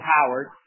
Howard